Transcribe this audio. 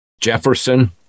Jefferson